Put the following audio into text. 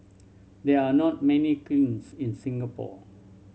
there are not many kilns in Singapore